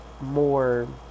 More